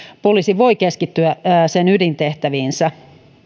poliisi voi keskittyä ydintehtäviinsä